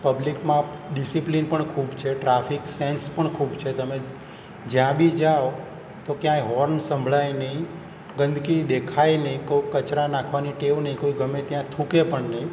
પબ્લિકમાં discipline પણ ખૂબ છે ટ્રાફિક સેન્સ પણ ખૂબ છે તમે જ્યા બી જાઓ તો ક્યાંય હોર્ન સંભળાય નહીં ગંદકી દેખાય નહીં કો કચરા નાખવાની ટેવ નહીં કોઈ ગમે ત્યાં થૂંકે પણ નહીં